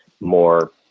more